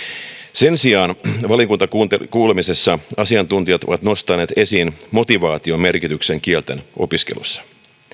sen sijaan valiokuntakuulemisessa asiantuntijat ovat nostaneet esiin motivaation merkityksen kieltenopiskelussa